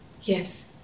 Yes